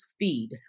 feed